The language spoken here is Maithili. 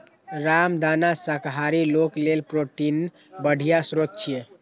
रामदाना शाकाहारी लोक लेल प्रोटीनक बढ़िया स्रोत छियै